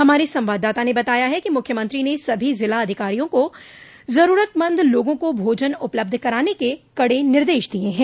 हमारे संवाददाता ने बताया है कि मुख्यमंत्री ने सभी जिला अधिकारियों को जरूरतमंद लोगों को भोजन उपलब्ध कराने के कडे निर्देश दिये हैं